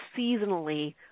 seasonally